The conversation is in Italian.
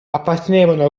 appartenevano